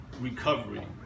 recovery